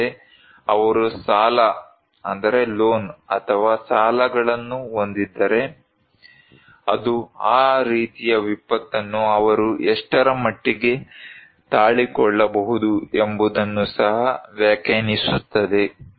ಅಲ್ಲದೆ ಅವರು ಸಾಲ ಅಥವಾ ಸಾಲಗಳನ್ನು ಹೊಂದಿದ್ದರೆ ಅದು ಆ ರೀತಿಯ ವಿಪತ್ತನ್ನು ಅವರು ಎಷ್ಟರ ಮಟ್ಟಿಗೆ ತಾಳಿಕೊಳಬಹುದು ಎಂಬುದನ್ನು ಸಹ ವ್ಯಾಖ್ಯಾನಿಸುತ್ತದೆ